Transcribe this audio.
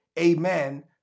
amen